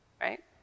right